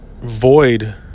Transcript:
void